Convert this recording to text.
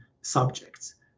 subjects